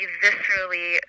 viscerally